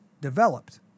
developed